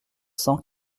cents